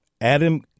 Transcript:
Adam